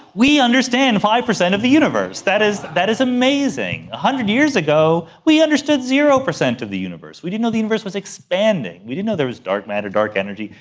we understand five percent of the universe, that is that is amazing. one hundred years ago we understood zero percent of the universe, we didn't know the universe was expanding, we didn't know there was dark matter, dark energy,